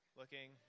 looking